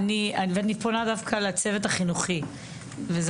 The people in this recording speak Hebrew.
אני פונה דווקא לצוות החינוכי וזה